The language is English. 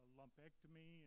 lumpectomy